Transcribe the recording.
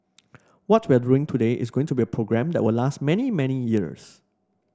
what we're doing today is going to be a program that will last many many years